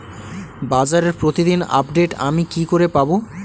বাজারের প্রতিদিন আপডেট আমি কি করে পাবো?